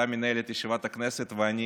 אתה מנהל את ישיבת הכנסת ואני